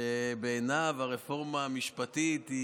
שבעיניו הרפורמה המשפטית,